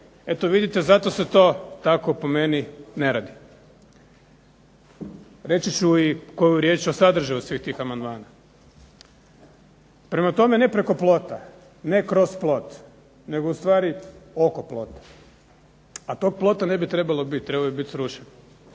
Eto vidite zato se to tako po meni ne radi. Reći ću i koju riječ o sadržaju svih tih amandmana. Prema tome, ne preko plota, ne kroz plot nego ustvari oko plota, a tog plota ne bi trebalo biti, trebao bi biti srušen.